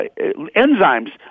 enzymes